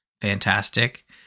fantastic